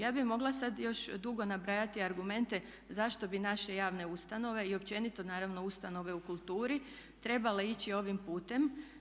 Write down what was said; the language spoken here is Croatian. Ja bih mogla sad još dugo nabrajati argumente zašto bi naše javne ustanove i općenito naravno ustanove u kulturi trebale ići ovim putem.